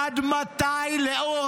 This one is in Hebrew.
עד מתי, לאור